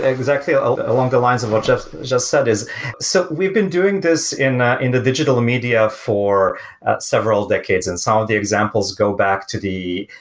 exactly ah ah along the lines of what jeff said is so we've been doing this in ah in the digital media for several decades, and some of the examples go back to the,